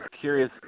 curious